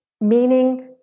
meaning